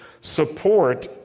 support